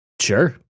Sure